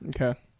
Okay